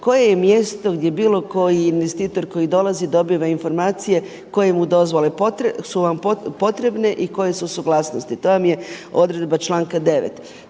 koje je mjesto gdje bilo koji investitor koji dolazi dobiva informacije koje mu dozvole, koje su vam potrebne i koje su suglasnosti, to vam je odredba članka 9.